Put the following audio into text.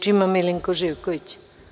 Reč ima Milinko Živković.